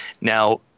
Now